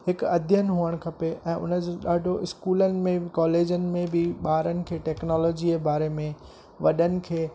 हिकु अध्यन हुजणु खपे ऐं उन जो ॾाढो स्कूलनि में कॉलेजनि में बि ॿारनि खे टैक्नोलॉजीअ जे बारे में वॾनि खे